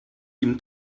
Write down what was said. ihm